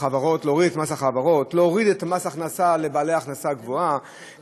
להוריד את מס ההכנסה לבעלי הכנסה גבוהה,